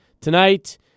tonight